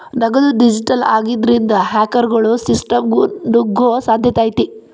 ನಗದು ಡಿಜಿಟಲ್ ಆಗಿದ್ರಿಂದ, ಹ್ಯಾಕರ್ಗೊಳು ಸಿಸ್ಟಮ್ಗ ನುಗ್ಗೊ ಸಾಧ್ಯತೆ ಐತಿ